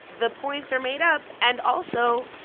the points are made up. and also,